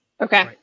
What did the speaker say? Okay